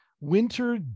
winter